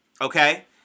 okay